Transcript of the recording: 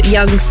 Young